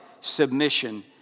submission